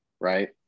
Right